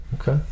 Okay